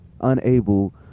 unable